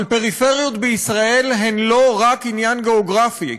אבל פריפריות בישראל הן לא רק עניין גיאוגרפי.